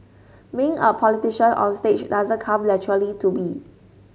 being a politician onstage doesn't come naturally to me